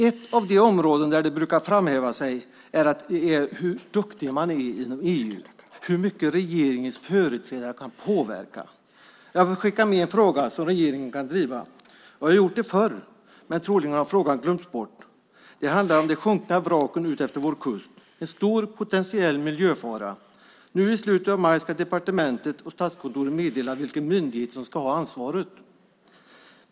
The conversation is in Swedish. Ett av de områden där den brukar framhäva sig är hur duktig man är inom EU och hur mycket regeringens företrädare kan påverka. Jag vill skicka med en fråga som regeringen kan driva. Jag har gjort det förr, men troligen har frågan glömts bort. Den handlar om de sjunkna vraken utefter vår kust. De är en stor potentiell miljöfara. Nu i slutet av maj ska departementet och Statskontoret meddela vilken myndighet som ska ha ansvaret.